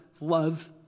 love